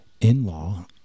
in-law